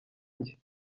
jye